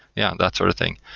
yeah, that sort of thing.